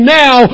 now